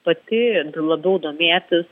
pati labiau domėtis